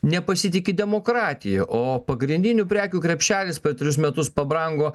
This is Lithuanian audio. nepasitiki demokratija o pagrindinių prekių krepšelis per tris metus pabrango